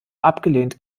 abgelehnt